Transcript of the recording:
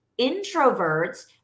Introverts